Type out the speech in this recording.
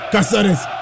Casares